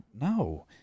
no